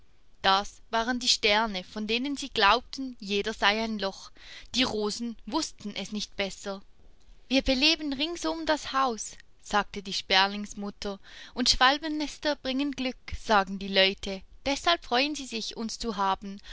das waren die sterne von denen sie glaubten jeder sei ein loch die rosen wußten es nicht besser wir beleben ringsum das haus sagte die sperlingsmutter und schwalbennester bringen glück sagen die leute deshalb freuen sie sich uns zu haben